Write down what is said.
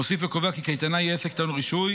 מוסיף וקובע כי קייטנה היא עסק טעון רישוי